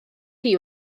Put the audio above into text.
chi